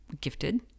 gifted